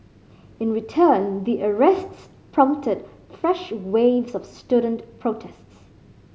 in return the arrests prompted fresh waves of student protests